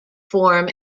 form